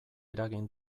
eragin